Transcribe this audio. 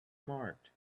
marked